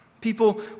People